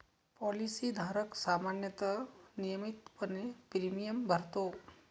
policy धारक सामान्यतः नियमितपणे प्रीमियम भरतो